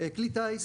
כלי טיס